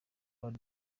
about